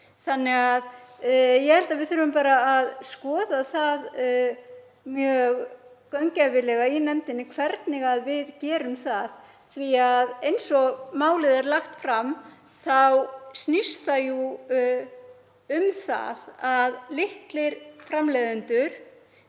yfirleitt. Ég held að við þurfum bara að skoða mjög gaumgæfilega í nefndinni hvernig við gerum það því að eins og málið er lagt fram þá snýst það um að litlir framleiðendur